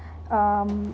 mmhmm